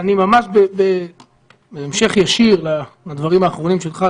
ממש בהמשך ישיר לדברים האחרונים שלך,